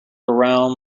around